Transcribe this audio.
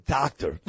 doctor